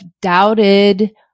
doubted